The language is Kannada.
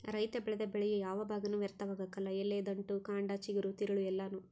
ರೈತ ಬೆಳೆದ ಬೆಳೆಯ ಯಾವ ಭಾಗನೂ ವ್ಯರ್ಥವಾಗಕಲ್ಲ ಎಲೆ ದಂಟು ಕಂಡ ಚಿಗುರು ತಿರುಳು ಎಲ್ಲಾನೂ